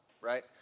right